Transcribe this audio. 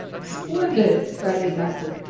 splendid! cried the doctor.